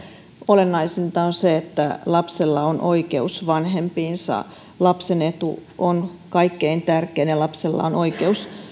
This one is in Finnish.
olennaisinta on se että lapsella on oikeus vanhempiinsa lapsen etu on kaikkein tärkein ja lapsella on oikeus